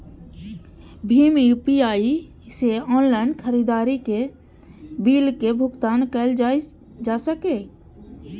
भीम UPI सं online खरीदारी के बिलक भुगतान कैल जा सकैए